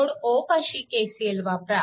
node O पाशी KCL वापरा